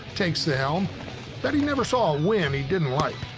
takes the helm, but he never saw a win he didn't like!